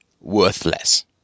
worthless